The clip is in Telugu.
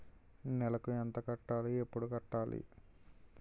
నెలకు ఎంత కట్టాలి? ఎప్పుడు కట్టాలి?